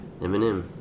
Eminem